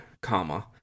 comma